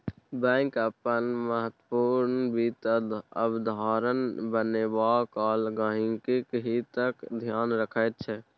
bank अपन महत्वपूर्ण वित्त अवधारणा बनेबा काल गहिंकीक हितक ध्यान रखैत छै